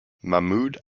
mahmud